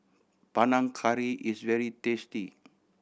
Panang Curry is very tasty